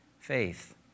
Faith